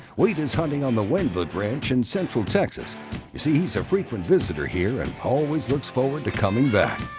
wade is hunting on the wendlandt ranch in central texas. you see, he's a frequent visitor here and always looks forward to coming back.